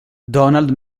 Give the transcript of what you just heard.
donald